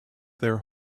their